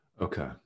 okay